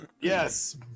Yes